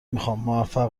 میخوامموفق